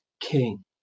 king